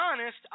honest